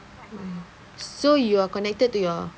mm so you are connected to your